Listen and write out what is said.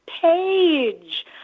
page